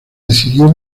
decidió